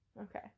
Okay